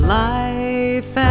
life